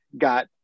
got